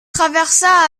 traversa